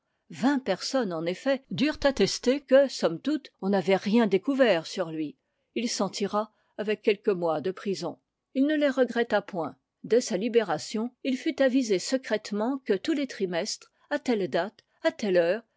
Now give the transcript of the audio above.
vingt personnes en effet durent attester que somme toute on n'avait rien découvert sur lui il s'en tira avec quelques mois de prison il ne les regretta point dès sa libération il fut avisé secrètement que tous les trimestres à telle date à telle heure